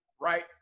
right